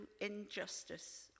injustice